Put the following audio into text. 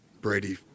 brady